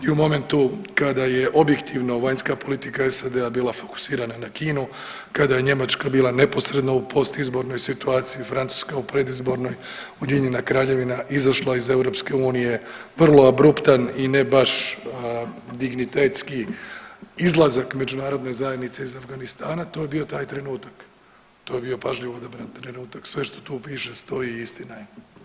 I u momentu kada je objektivno vanjska politika SAD-a bila fokusirana na Kinu, kada je Njemačka bila neposredno u postizbornoj situaciji, Francuska u predizbornoj, UK izašla iz EU, vrlo abruptan i ne baš dignitetski izlazak međunarodne zajednice iz Afganistana to je bio taj trenutak, to je bio pažljivo odabran trenutak, sve što tu piše stoji i istina je.